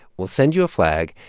we'll send you a flag.